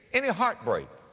any heartbreak,